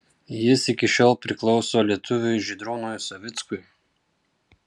jis iki šiol priklauso lietuviui žydrūnui savickui